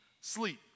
sleep